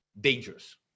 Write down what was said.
dangerous